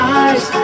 eyes